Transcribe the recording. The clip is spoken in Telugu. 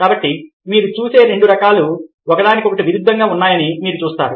కాబట్టి మీరు చూసే రెండు రకాలు ఒకదానికొకటి విరుద్ధంగా ఉన్నాయని మీరు చూస్తారు